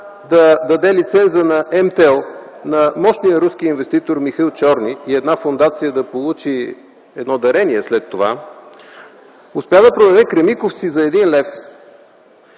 да даде лиценза на „М-tel” на мощния руски инвеститор Михаил Чорни и една фондация да получи едно дарение след това. Успя да продаде „Кремиковци” за 1 лев